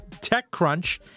TechCrunch